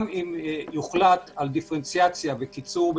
גם אם יוחלט על דיפרנציאציה בין מחלקות